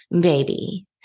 baby